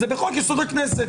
זה בחוק-יסוד: הכנסת.